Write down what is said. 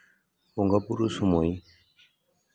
ᱵᱚᱸᱜᱟᱼᱵᱩᱨᱩ ᱥᱚᱢᱚᱭ